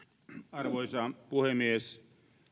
arvoisa puhemies